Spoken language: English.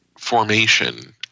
formation